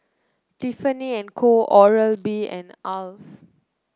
Tiffany And Co Oral B and Alf